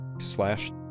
slash